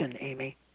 Amy